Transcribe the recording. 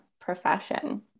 profession